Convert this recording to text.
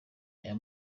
aya